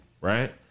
right